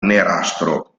nerastro